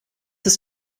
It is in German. ist